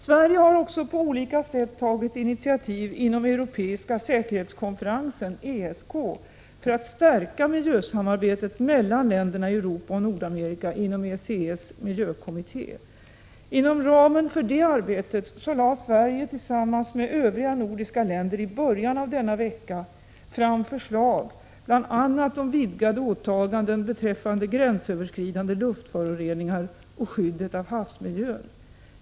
Sverige har på olika sätt tagit initiativ inom Europeiska säkerhetskonferensen, ESK, för att stärka miljösamarbetet mellan länderna i Europa och Nordamerika inom ECE:s miljökommitté. Inom ramen för detta arbete lade Sverige tillsammans med övriga nordiska länder i början av denna vecka fram förslag bl.a. om vidgade åtaganden beträffande gränsöverskridande luftföroreningar och skyddet av havsmiljön.